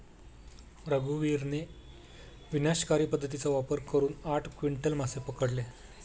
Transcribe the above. रघुवीरने विनाशकारी पद्धतीचा वापर करून आठ क्विंटल मासे पकडले